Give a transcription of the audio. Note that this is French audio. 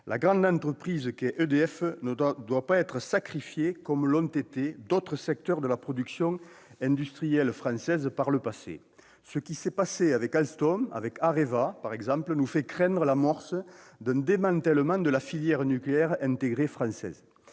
La grande entreprise qu'est EDF ne doit pas être sacrifiée comme l'ont été d'autres secteurs de la production industrielle française dans le passé. Ce qui s'est passé avec Alstom et AREVA, par exemple, nous fait craindre l'amorce d'un démantèlement de la filière nucléaire intégrée française.